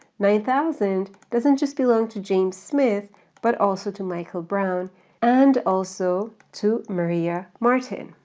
nine thousand doesn't just belong to james smith but also to michael brown and also to maria martin.